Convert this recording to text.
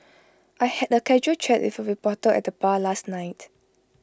I had A casual chat with A reporter at the bar last night